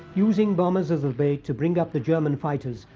using bombers as the bait to bring up the german fighters,